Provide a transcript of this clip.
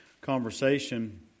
conversation